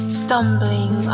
stumbling